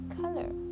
color